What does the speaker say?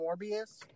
Morbius